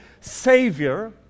Savior